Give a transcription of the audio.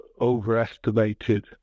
overestimated